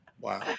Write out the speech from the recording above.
Wow